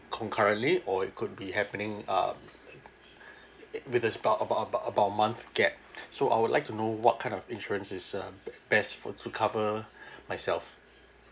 concurrently or it could be happening um it with the about about about about a month gap so I would like to know what kind of insurance is um best for to cover myself